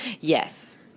Yes